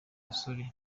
musore